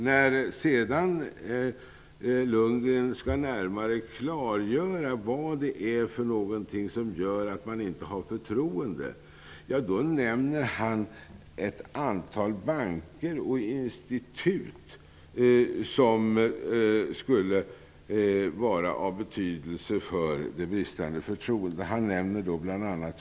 När Lundgren skall närmare klargöra vad det är som gör att regeringen inte har förtroende nämner han ett antal banker och institut som skulle vara av betydelse för det bristande förtroendet. Han nämner bl.a.